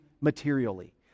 materially